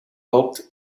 hoped